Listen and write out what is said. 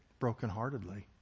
brokenheartedly